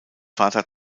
vater